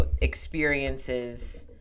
experiences